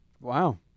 Wow